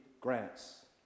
grants